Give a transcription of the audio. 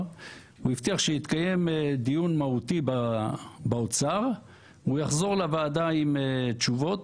שיתקיים דיון מהותי באוצר והוא יחזור לוועדה עם תשובות,